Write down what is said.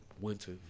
winter